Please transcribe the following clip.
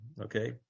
okay